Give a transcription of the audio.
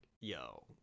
yo